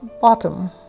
bottom